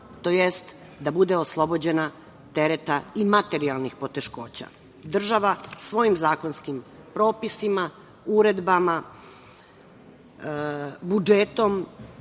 tj. da bude oslobođena tereta i materijalnih poteškoća. Država svojim zakonskim propisima, uredbama, budžetom